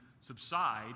subside